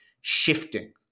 shifting